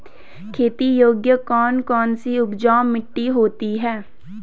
खेती योग्य कौन कौन सी उपजाऊ मिट्टी होती है?